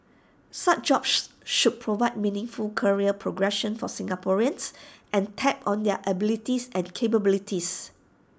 such jobs should provide meaningful career progression for Singaporeans and tap on their abilities and capabilities